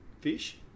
fish